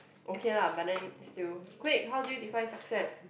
okay lah but then still quick how do you define success